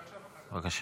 בראש.